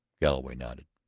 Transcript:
galloway nodded.